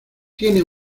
tiene